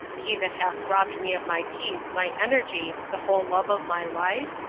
he that hath robbed me of my peace, my energy, the whole love of my life?